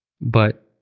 But-